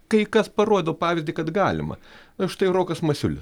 kai kas parodo pavyzdį kad galima na štai rokas masiulis